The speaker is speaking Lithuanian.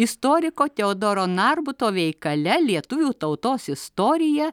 istoriko teodoro narbuto veikale lietuvių tautos istorija